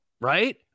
right